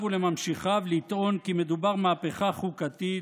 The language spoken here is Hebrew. וממשיכיו לטעון כי מדובר במהפכה חוקתית,